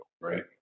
Right